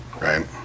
Right